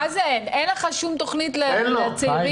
אביעד, אין לך שום תוכנית לצעירים?